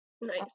Nice